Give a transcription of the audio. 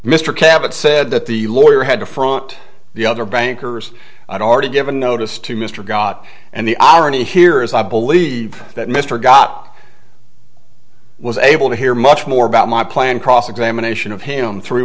mr cabot said that the lawyer had to front the other bankers i've already given notice to mr got and the irony here is i believe that mr got was able to hear much more about my plan cross examination of him three